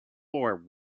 war